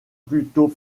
plutôt